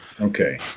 okay